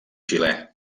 xilè